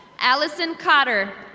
allison cotter.